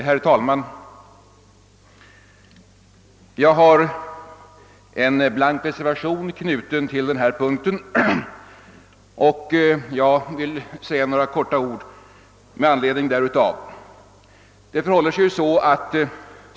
Herr talman! Jag har knutit en blank reservation till förevarande punkt och jag vill med anledning därav säga några få ord.